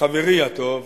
וחברי הטוב,